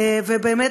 ובאמת,